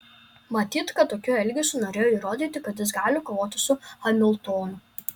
matyt kad tokiu elgesiu norėjo įrodyti kad jis gali kovoti su hamiltonu